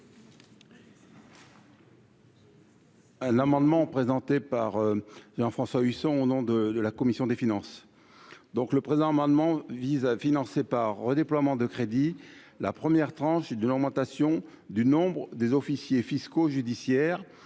L'amendement présenté par Jean-François Husson, au nom de de la commission des finances, donc le présent amendement vise à financer par redéploiement de crédits, la première tranche de l'augmentation du nombre des officiers fiscaux judiciaires